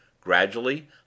Gradually